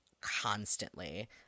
constantly